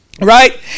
right